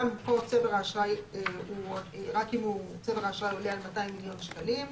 גם פה רק אם צבר האשראי עולה על 200 מיליון שקלים,